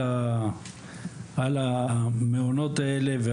על המעונות האלה,